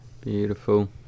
Beautiful